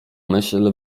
myśl